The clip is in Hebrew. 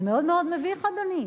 זה מאוד מאוד מביך, אדוני,